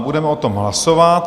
Budeme o tom hlasovat.